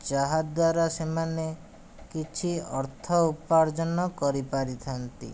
ଯାହାଦ୍ୱାରା ସେମାନେ କିଛି ଅର୍ଥ ଉପାର୍ଜନ କରିପାରିଥାନ୍ତି